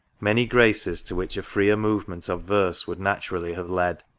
many graces to which a freer movement of verse would na turally have led.